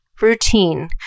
Routine